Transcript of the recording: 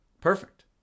perfect